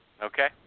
Okay